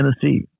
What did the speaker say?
Tennessee